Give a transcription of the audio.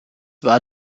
war